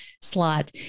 slot